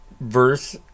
verse